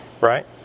Right